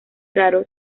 raro